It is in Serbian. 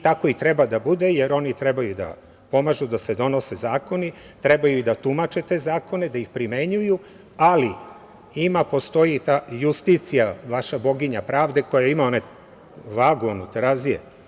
Tako i treba da bude jer oni trebaju da pomažu da se donose zakoni, trebaju da tumače te zakone, da ih primenjuju, ali postoji Justicija, vaša boginja pravde koja ima onu vagu, terazije.